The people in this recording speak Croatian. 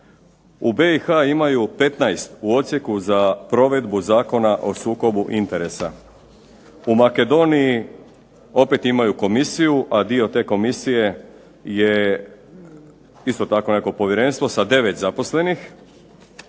U BIH imaju 15 u odsjeku za provedbu Zakona o sukobu interesa, u Makedoniji opet imaju komisiju a dio te komisije je opet to povjerenstvo sa 9 zaposlenih,